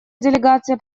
делегация